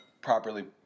properly